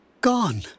Gone